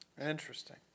Interesting